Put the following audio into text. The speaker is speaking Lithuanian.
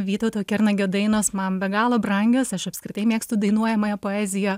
vytauto kernagio dainos man be galo brangios aš apskritai mėgstu dainuojamąją poeziją